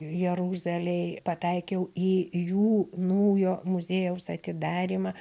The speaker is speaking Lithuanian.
jeruzalėj pataikiau į jų naujo muziejaus atidarymą